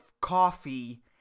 coffee